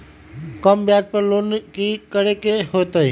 कम ब्याज पर लोन की करे के होतई?